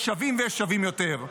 יש שווים ויש שווים יותר.